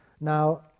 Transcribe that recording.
now